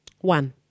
One